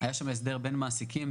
נוסד שם הסכם בין המעסיקים,